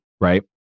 right